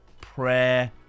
prayer